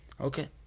Okay